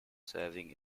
serving